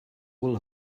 will